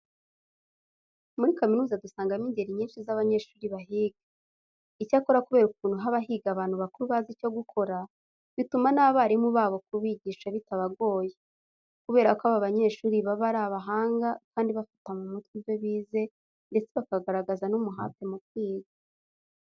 Muri kaminuza dusangamo ingeri nyinshi z'abanyeshuri bahiga. Icyakora kubera ukuntu haba higa abantu bakuru bazi icyo gukora, bituma n'abarimu babo kwigisha bitabagoye kubera ko aba banyeshuri baba ari abahanga kandi bafata mu mutwe ibyo bize ndetse bakagaragaza n'umuhate mu kwiga.